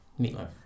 Meatloaf